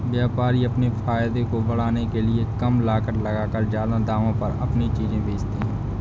व्यापारी अपने फायदे को बढ़ाने के लिए कम लागत लगाकर ज्यादा दामों पर अपनी चीजें बेचते है